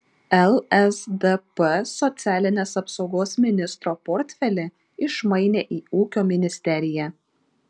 lsdp socialinės apsaugos ministro portfelį išmainė į ūkio ministeriją